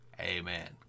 Amen